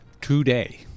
today